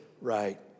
right